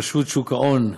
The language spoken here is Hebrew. רשות שוק ההון,